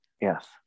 yes